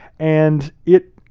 and it,